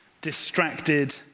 distracted